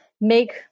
make